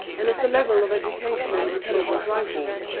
and as the level of education and intelligence rises,